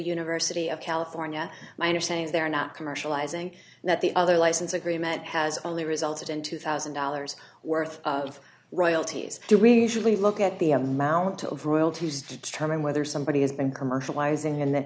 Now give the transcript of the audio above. university of california miner saying they're not commercializing that the other license agreement has only resulted in two thousand dollars worth of royalties do we really look at the amount of royalties determine whether somebody has been commercializing in the